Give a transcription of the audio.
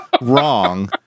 wrong